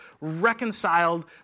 reconciled